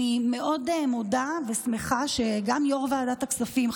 אני מודה מאוד ושמחה שגם יו"ר ועדת הכספים,